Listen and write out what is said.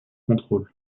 contrôle